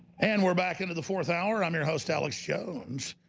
and we're back into the fourth hour. i'm your host alex jones.